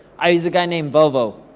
i use a guy named vovo.